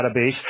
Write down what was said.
Database